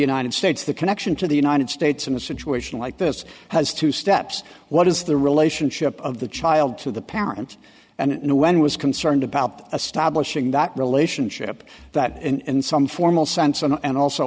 united states the connection to the united states in a situation like this has two steps what is the relationship of the child to the parent and no one was concerned about establishing that relationship that in some formal sense and also